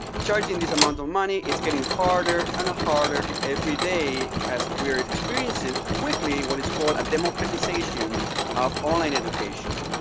charging this amount of money, it's getting harder and harder every day as we're experiencing quickly what is called a democratization of online education.